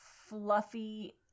fluffy